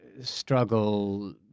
struggle